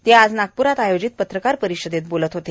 ते आज नागप्रात आयोजित पत्रकार परिषदेत बोलत होते